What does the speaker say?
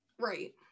Right